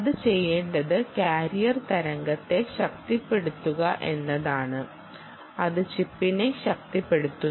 അത് ചെയ്യേണ്ടത് കാരിയർ തരംഗത്തെ ശക്തിപ്പെടുത്തുക എന്നതാണ് അത് ചിപ്പിനെ ശക്തിപ്പെടുത്തുന്നു